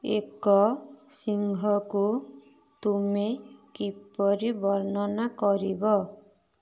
ଏକ ସିଂହକୁ ତୁମେ କିପରି ବର୍ଣ୍ଣନା କରିବ